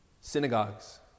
synagogues